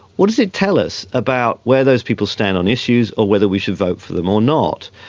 what does it tell us about where those people stand on issues or whether we should vote for them or not?